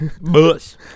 Bus